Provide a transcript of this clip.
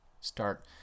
start